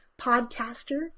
Podcaster